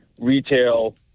retail